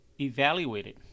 evaluated